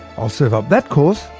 i'll serve up that course,